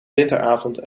winteravond